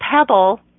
pebble